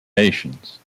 nations